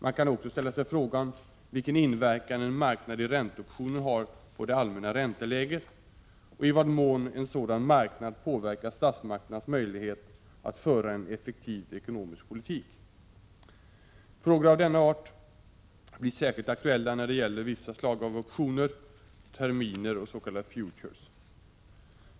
Man kan också ställa sig frågan vilken inverkan en marknad i ränteoptioner har på det allmänna ränteläget och i vad mån en sådan marknad påverkar statsmakternas möjlighet att föra en effektiv ekonomisk politik. Frågor av denna art blir särskilt aktuella när det gäller vissa slag av optioner, terminer och s.k. futures.